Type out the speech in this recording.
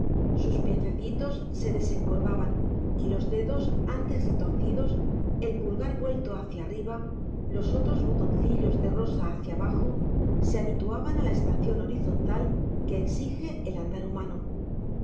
sus piececitos se desencorvaban y los dedos antes retorcidos el pulgar vuelto hacia arriba los otros botoncillos de rosa hacia abajo se habituaban a la estación horizontal que exige el andar humano